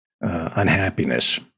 unhappiness